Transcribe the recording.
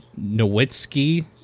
Nowitzki